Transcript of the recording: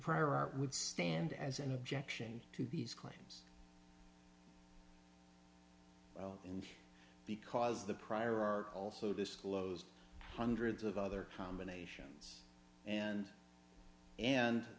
prior art would stand as an objection to these claims well and because the prior are also disclosed hundreds of other combinations and and